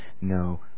no